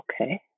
okay